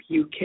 UK